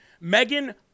Megan